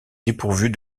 dépourvus